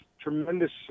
tremendous